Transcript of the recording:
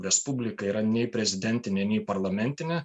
respublika yra nei prezidentinė nei parlamentinė